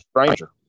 stranger